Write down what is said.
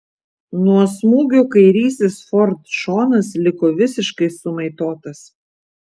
nuo smūgio kairysis ford šonas liko visiškai sumaitotas